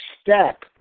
step